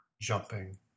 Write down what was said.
jumping